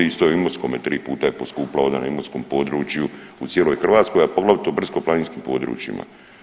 Isto je i u Imotskome, tri puta je poskupilo ovdje na Imotskom području, u cijeloj Hrvatskoj, a poglavito u brdsko-planinskim područjima.